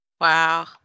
Wow